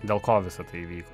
dėl ko visa tai įvyko